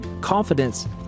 Confidence